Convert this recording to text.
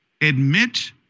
admit